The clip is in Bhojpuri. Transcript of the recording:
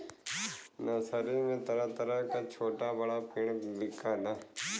नर्सरी में तरह तरह क छोटा बड़ा पेड़ बिकला